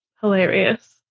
hilarious